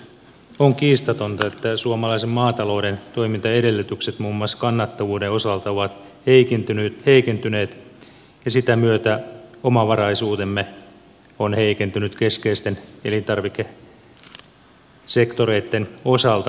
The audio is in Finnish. on kiistatonta että suomalaisen maatalouden toimintaedellytykset muun muassa kannattavuuden osalta ovat heikentyneet ja sitä myötä omavaraisuutemme on heikentynyt keskeisten elintarvikesektoreitten osalta